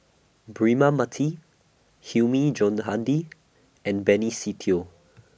Braema Mathi Hilmi Johandi and Benny Se Teo